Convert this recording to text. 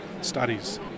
studies